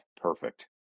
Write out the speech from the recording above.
perfect